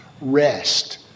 Rest